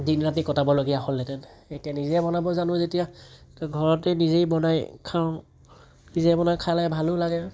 দিন ৰাতি কটাবলগীয়া হ'লহেঁতেনে এতিয়া নিজে বনাব জানো যেতিয়া ঘৰতে নিজেই বনাই খাওঁ নিজে বনাই খালে ভালো লাগে